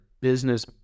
business